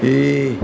ഈ